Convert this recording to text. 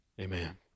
Amen